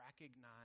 recognize